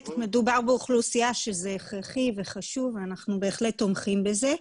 מדובר באוכלוסייה שזה הכרחי וחשוב ואנחנו בהחלט תומכים בזה.